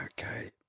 Okay